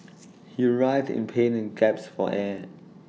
he writhed in pain and gasped for air